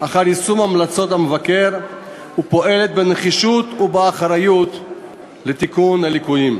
אחר יישום המלצות המבקר ופועלת בנחישות ובאחריות לתיקון הליקויים.